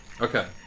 Okay